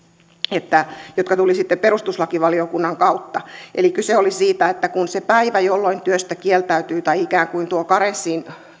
jotka tulivat sitten perustuslakivaliokunnan kautta eli kyse oli siitä päivästä jolloin työstä kieltäytyy tai ikään kuin tuo karenssiin